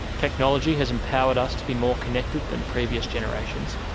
technology has empowered us to be more connected than previous generations.